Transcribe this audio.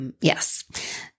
Yes